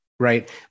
Right